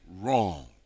wrong